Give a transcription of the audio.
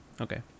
Okay